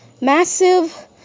massive